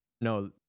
no